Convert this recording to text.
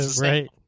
right